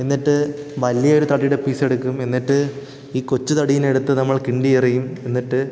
എന്നിട്ട് വലിയൊരു തടിയുടെ പീസെടുക്കും എന്നിട്ട് ഈ കൊച്ചു തടീനെടുത്ത് നമ്മൾ കിണ്ടി എറിയും എന്നിട്ട്